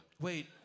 Wait